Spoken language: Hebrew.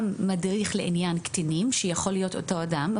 מדריך לעניין קטינים שיכול להיות אותו אדם,